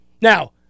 Now